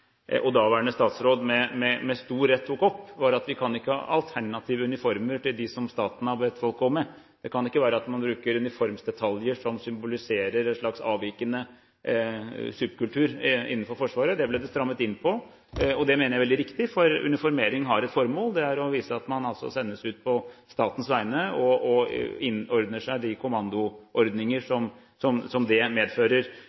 daværende statsråd med stor rett tok opp, var at vi ikke kan ha alternative uniformer til dem staten har bedt folk gå med. Det kan ikke være slik at man bruker uniformsdetaljer som symboliserer en slags avvikende subkultur innenfor Forsvaret. Det ble det strammet inn på. Det mener jeg er riktig, for uniformering har et formål. Det er å vise at man sendes ut på statens vegne og innordner seg de kommandoordninger